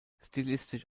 stilistisch